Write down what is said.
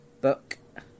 book